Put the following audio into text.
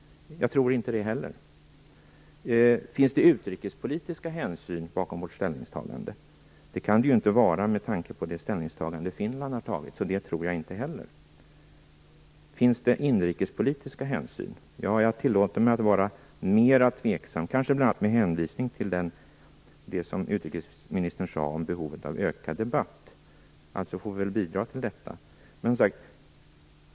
Jag tror inte att det är så heller. Finns det utrikespolitiska hänsyn bakom vårt ställningstagande? Det kan det inte vara med tanke på det ställningstagande som Finland gjort. Det tror jag alltså inte heller. Finns det inrikespolitiska hänsyn? Jag tillåter mig att vara mer tveksam kanske bl.a. med hänvisning till det utrikesministern sade om behovet av ökad debatt. Alltså får vi bidra till det.